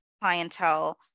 clientele